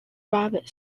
rabbit